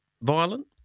Violent